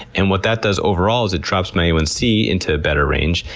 and what that does overall is it drops my a one c into a better range,